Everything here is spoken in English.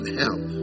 help